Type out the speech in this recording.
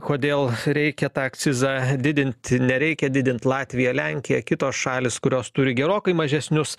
kodėl reikia tą akcizą didinti nereikia didint latvija lenkija kitos šalys kurios turi gerokai mažesnius